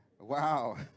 Wow